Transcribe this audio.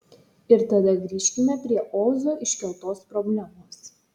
ir tada grįžkime prie ozo iškeltos problemos